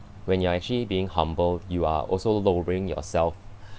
when you are actually being humble you are also lowering yourself